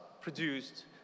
produced